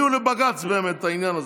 תודיעו לבג"ץ באמת את העניין הזה.